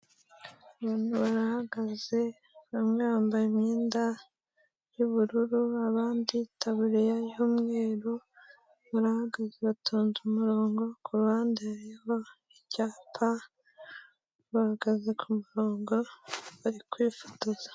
Abantu barahagaze bamwe bambaye imyenda y'ubururu abandi itaburiya y'umweru, barahagaze batonze umurongo ku ruhande hariho icyapa bahagaze ku murongo bari kwifotoza.